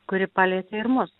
kuri palietė ir mus